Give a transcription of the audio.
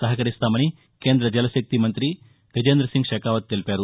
సహకరిస్తామని కేంద్ర జలశక్తి మంతి గజేందసింగ్ షెకావత్ తెలిపారు